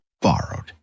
borrowed